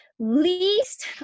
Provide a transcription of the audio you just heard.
Least